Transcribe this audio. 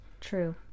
True